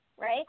Right